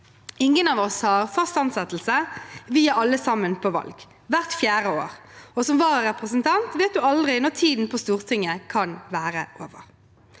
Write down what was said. Ingen av oss har fast ansettelse. Vi er alle sammen på valg, hvert fjerde år, og som vararepresentant vet man aldri når tiden på Stortinget kan være over.